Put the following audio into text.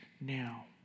now